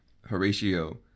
Horatio